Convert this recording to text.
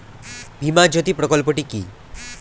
বীমা জ্যোতি প্রকল্পটি কি?